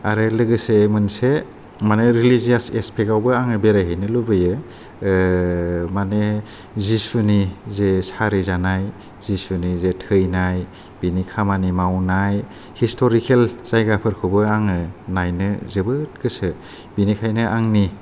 आरो लोगोसे मोनसे माने रिलिजियास एसफेख आवबो आङो बेराय हैनो लुबैयो मानि जिसुनि जे सारिजानाय जिसुनि जे थैनाय बिनि खामानि मावनाय हिसटरिखेल जायगा फोरखौबो आङो नायनो जोबोद गोसो बिनिखायनो आंनि